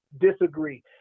disagree